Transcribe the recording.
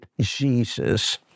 Jesus